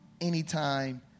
anytime